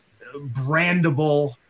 brandable